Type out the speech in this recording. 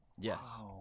Yes